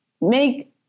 make